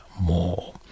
more